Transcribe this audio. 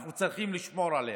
אנחנו צריכים לשמור עליה.